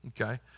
Okay